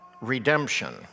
redemption